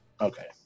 Okay